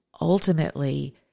ultimately